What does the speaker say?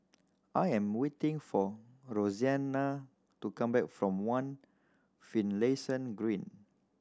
I am waiting for Roseanna to come back from One Finlayson Green